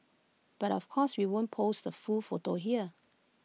but of course we won't post the full photo here